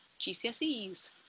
GCSEs